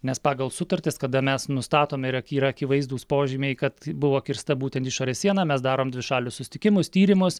nes pagal sutartis kada mes nustatome yra yra akivaizdūs požymiai kad buvo kirsta būtent išorės siena mes darom dvišalius susitikimus tyrimus